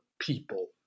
people